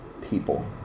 people